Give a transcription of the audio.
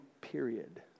period